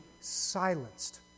silenced